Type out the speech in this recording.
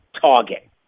target